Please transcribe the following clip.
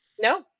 No